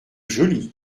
joli